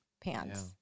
pants